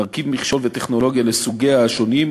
מרכיב מכשול וטכנולוגיה לסוגיה השונים,